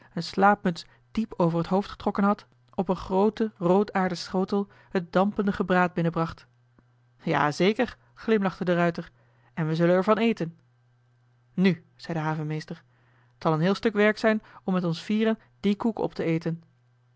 een slaapmuts diep over het hoofd getrokken had op een grooten roodaarden schotel het dampende gebraad binnenbracht ja zeker glimlacht de ruijter en we zullen er van eten nu zei de havenmeester t zal een heel stuk werk zijn om met ons vieren dien koek op te eten